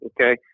okay